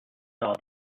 saw